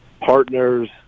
partners